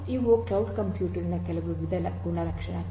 ಇವು cloud computing ನ ಕೆಲವು ವಿವಿಧ ಗುಣಲಕ್ಷಣಗಳು